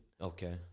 Okay